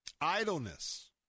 Idleness